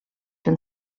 been